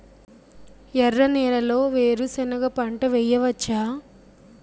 ఎర్ర నేలలో వేరుసెనగ పంట వెయ్యవచ్చా?